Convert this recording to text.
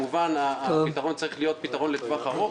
הפתרון כמובן צריך להיות לטווח ארוך.